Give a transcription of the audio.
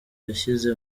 yashize